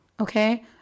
Okay